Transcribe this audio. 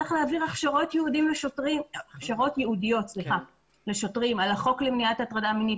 צריך להעביר הכשרות ייעודיות לשוטרים על החוק למניעת הטרדה מינית